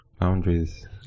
Boundaries